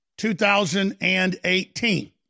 2018